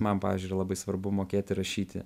man pavyzdžiui yra labai svarbu mokėti rašyti